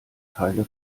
teile